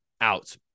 out